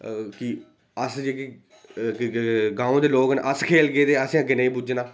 कि अस जेह्के ग्रां दे लोक न अस खेढगे ते असें अग्गें नेईं पुज्जना